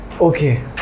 okay